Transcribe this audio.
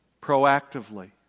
Proactively